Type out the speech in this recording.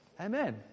Amen